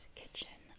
kitchen